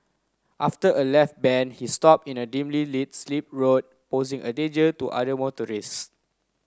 after a left bend he stop in a dimly lit slip road posing a danger to other